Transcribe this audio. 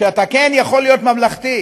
שאתה כן יכול להיות ממלכתי,